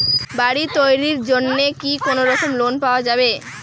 বাড়ি তৈরির জন্যে কি কোনোরকম লোন পাওয়া যাবে?